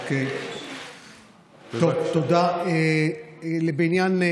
200. תודה רבה.